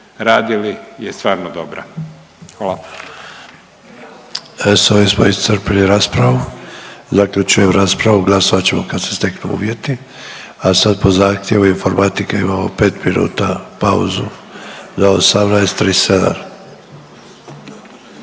radili je stvarno dobra,